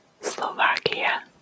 Slovakia